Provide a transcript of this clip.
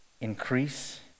increase